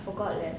forgot leh